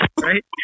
right